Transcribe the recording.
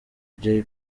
jay